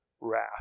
wrath